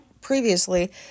previously